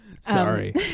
Sorry